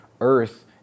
earth